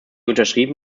unterschrieben